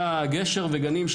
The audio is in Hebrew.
היה גשר וגנים,